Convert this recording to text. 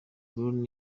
brown